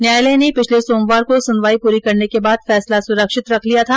न्यायालय ने पिछले सोमवार को सुनवाई पूरी करने के बाद फैसला सुरक्षित रख लिया था